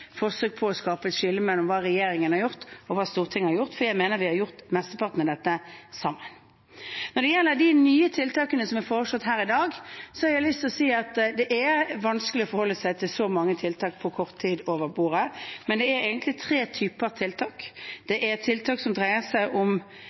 skille mellom det regjeringen har gjort, og det Stortinget har gjort. Jeg mener vi har gjort mesteparten av dette sammen. Når det gjelder de nye tiltakene som er foreslått her i dag, er det vanskelig å forholde seg til så mange tiltak på kort tid over bordet. Men dette er egentlig tre typer tiltak: